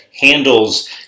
handles